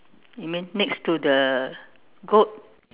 you mean next to the goat